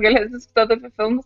galės diskutuot apie filmus